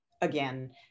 again